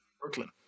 Brooklyn